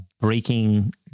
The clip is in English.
Breaking